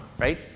Right